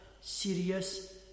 serious